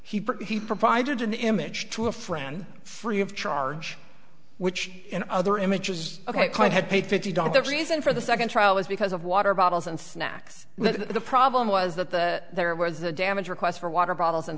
he he provided an image to a friend free of charge which in other images is ok quite had paid fifty dollars the reason for the second trial was because of water bottles and snacks but the problem was that the there was a damage request for water bottles and